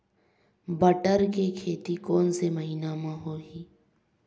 बटर के खेती कोन से महिना म होही?